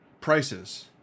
prices